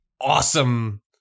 awesome –